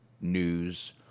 news